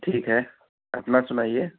ٹھیک ہے اپنا سنائیے